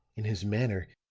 in his manner,